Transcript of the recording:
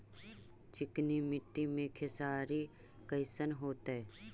चिकनकी मट्टी मे खेसारी कैसन होतै?